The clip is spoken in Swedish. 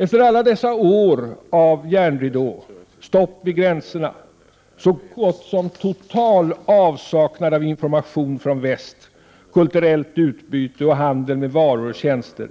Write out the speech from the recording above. Efter alla dessa år av järnridå, stopp vid gränserna, så gott som total avsaknad av information från väst, kulturellt utbyte och handel med varor och tjänster